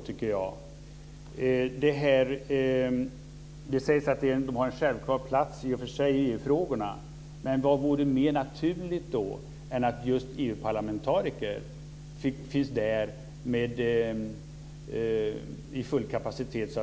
Det sägs i och för sig att Europafrågorna har en självklar plats i Nordiska rådet, men vad vore då mer naturligt än att just EU-parlamentariker fick finnas där i full kapacitet